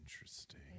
Interesting